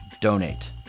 donate